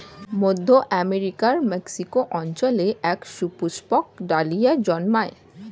মধ্য আমেরিকার মেক্সিকো অঞ্চলে এক সুপুষ্পক ডালিয়া জন্মায়